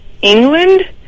England